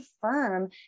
firm